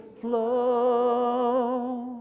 flow